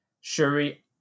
Shuri